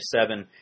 seven